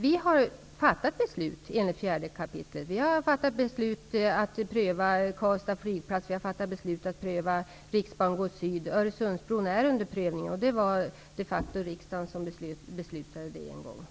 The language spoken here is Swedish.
Vi har fattat beslut enligt 4 kap. Vi har fattat beslut om en prövning beträffande Karlstad flygplats. Vi har fattat beslut om en prövning av riksbangods syd. Vidare är frågan om Öresundsbron föremål för prövning. Det är riksdagen som de facto en gång beslutat om det.